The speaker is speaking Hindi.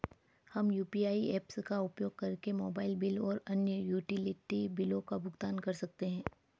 हम यू.पी.आई ऐप्स का उपयोग करके मोबाइल बिल और अन्य यूटिलिटी बिलों का भुगतान कर सकते हैं